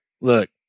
look